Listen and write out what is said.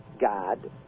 God